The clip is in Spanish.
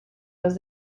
los